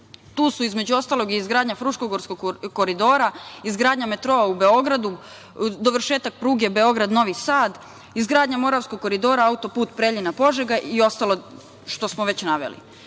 Tu su između ostalog i izgradnja Fruškogorskog koridora, izgradnja metroa u Beogradu, dovršetak pruge Beograd – Novi Sad, izgradnja Moravskog koridora, autoput Preljina – Požega i ostalo što smo već